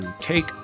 take